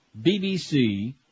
BBC